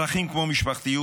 ערכים כמו משפחתיות,